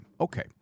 Okay